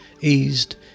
eased